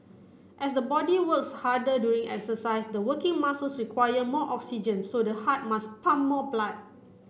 as the body works harder during exercise the working muscles require more oxygen so the heart must pump more blood